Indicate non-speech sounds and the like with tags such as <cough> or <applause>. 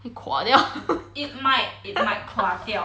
会垮掉 <laughs>